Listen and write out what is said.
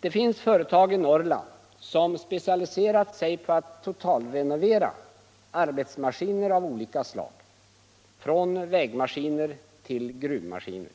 Det finns ett företag i Norrland som specialiserat sig på att totalrenovera arbetsmaskiner av olika slag, från vägmaskiner till gruvmaskiner.